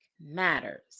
matters